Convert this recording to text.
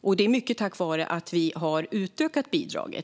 och det är mycket tack vare att vi har utökat bidraget.